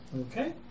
Okay